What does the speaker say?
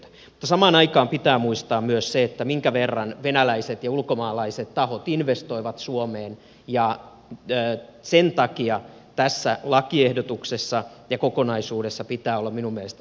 mutta samaan aikaan pitää muistaa myös se minkä verran venäläiset ja ulkomaalaiset tahot investoivat suomeen ja sen takia tässä lakiehdotuksessa ja kokonaisuudessa pitää olla minun mielestäni erityisen tarkka